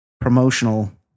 promotional